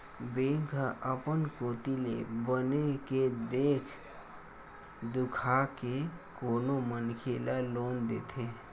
bank ह अपन कोती ले बने के देख दुखा के कोनो मनखे ल लोन देथे